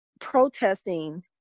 protesting